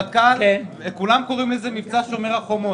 הרמטכ"ל, כולם קוראים לזה מבצע שומר החומות.